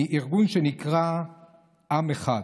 מארגון שנקרא "עם אחד",